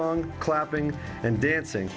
along clapping and dancing